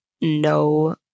no